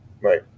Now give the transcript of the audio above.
right